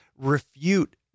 refute